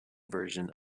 version